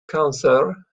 cancer